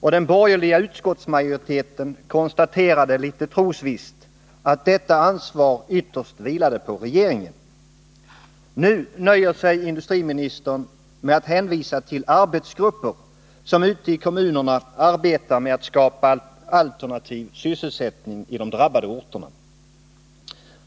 och den borgerliga utskottsmajoriteten konstaterade trosvisst att detta ansvar ytterst vilade på regeringen. Nu nöjer sig industriministern med att hänvisa till arbetsgrupper som ute i kommunerna arbetar med att skapa alternativ sysselsättning i de drabbade orterna.